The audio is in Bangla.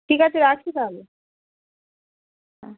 ঠিক আছে রাখছি তাহলে হ্যাঁ